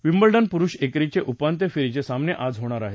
Wimbledon पुरुष एकेरीचे उपांत्य फेरीचे सामने आज होणार आहे